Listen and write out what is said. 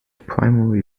primary